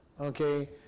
okay